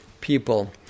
people